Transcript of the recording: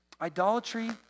Idolatry